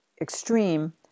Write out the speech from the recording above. extreme